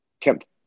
kept